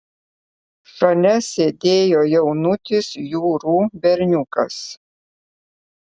šalia sėdėjo jaunutis jurų berniukas